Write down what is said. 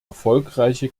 erfolgreiche